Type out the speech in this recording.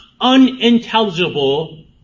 unintelligible